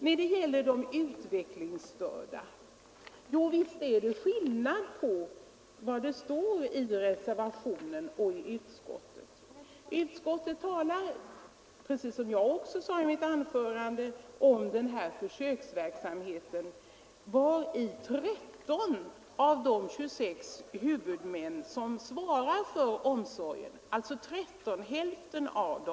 När det gäller de utvecklingsstörda — visst är det skillnad mellan vad som står i reservationen och vad utskottsmajoriteten anför. Utskottet talar, precis som jag också sade, om den här försöksverksamheten, vari 13 får delta av de 26 huvudmän som svarar för omsorgslagen.